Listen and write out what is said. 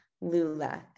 Lula